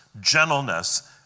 gentleness